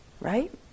right